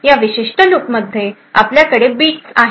या विशिष्ट लूपमध्ये आपल्याकडे बिट आहे